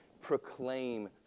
proclaim